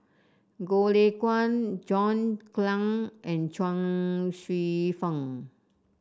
Goh Lay Kuan John Clang and Chuang Hsueh Fang